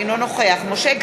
אינו נוכח משה גפני,